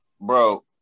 Bro